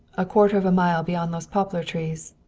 a quarter of a mile beyond those poplar trees.